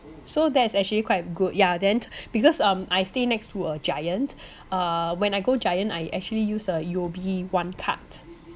so that's actually quite good ya then because um I stay next to a Giant uh when I go Giant I actually use a U_O_B one card